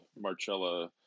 Marcella